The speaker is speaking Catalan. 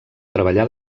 treballà